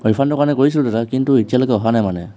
হয় ৰিফাণ্ডৰ কাৰণে কৰিছিলোঁ দাদা কিন্তু এতিয়ালৈকে অহা নাই মানে